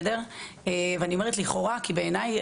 ואני אומרת "לכאורה" כי בעיניי,